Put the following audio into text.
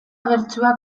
bertsuak